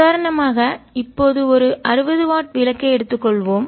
உதாரணமாக இப்போது ஒரு அறுபது வாட் விளக்கை எடுத்துக் கொள்வோம்